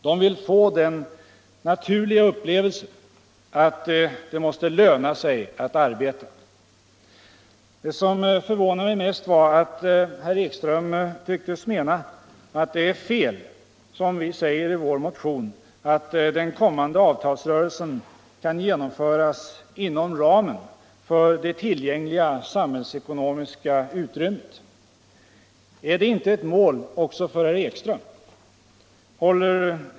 De vill få den naturliga upplevelsen att det måste löna sig att arbeta. Det som förvånade mig mest var att herr Ekström tycktes mena att det är fel när vi säger i vår motion, att den kommande avtalsrörelsen kan genomföras inom ramen för det tillgängliga samhällsekonomiska utrymmet. Är det inte ett mål också för herr Ekström?